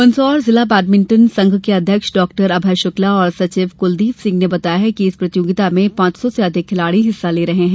मंदसौर जिला बैडमिंटन के अध्यक्ष डाक्टर अभय शुक्ला और सचिव कुलदीप सिंह ने बताया कि इस प्रतियोगिता में पांच सौ से अधिक खिलाड़ी हिस्सा ले रहे हैं